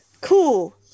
cool